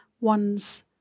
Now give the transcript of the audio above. one's